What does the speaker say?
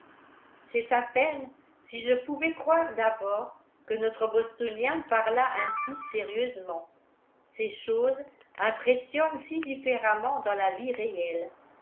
c'est à peine si je pouvais croire d'abord que notre bostonien parlât ainsi sérieusement ces choses impressionnent si différemment dans la vie réelle